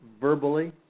verbally